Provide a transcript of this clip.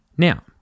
Now